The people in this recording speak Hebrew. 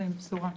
בשורה.